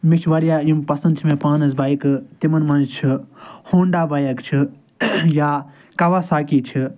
مےٚ چھِ واریاہ یِم پسنٛد چھِ مےٚ پانس بایکہٕ تِمن منٛز چھِ ہونڈا بایک چھِ یا کواساکی چھِ